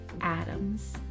Adams